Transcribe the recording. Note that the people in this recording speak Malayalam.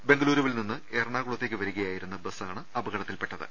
ബെങ്കലൂരുവിൽ നിന്ന് എറണാകുളത്തേക്ക് വരികയായി രുന്ന ബസാണ് അപകടത്തിൽ പെട്ടത്